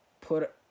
put